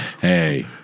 hey